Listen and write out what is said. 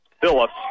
Phillips